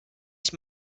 ich